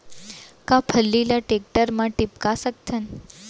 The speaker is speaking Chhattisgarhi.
का फल्ली ल टेकटर म टिपका सकथन?